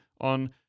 on